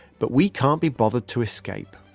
but we can't be bothered to escape